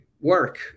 work